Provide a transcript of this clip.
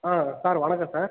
ஆ sir வணக்கம் sir